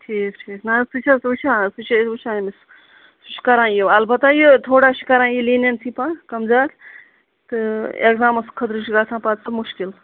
ٹھیٖک ٹھیٖک نہ حظ سُہ چھِ أسۍ وٕچھان سُہ چھِ أسی وٕچھان أمِس سُہ چھِ کَران یہِ اَلبَتہ یہِ تھوڑا چھُ کَران یہِ لیٖنیَنسٕے پہم کَم زیادٕ تہٕ ایٚکزامَس خٲطرٕ چھُ گَژھان پَتہٕ سُہ مُشکِل